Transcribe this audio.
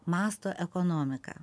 masto ekonomiką